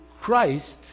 Christ